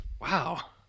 Wow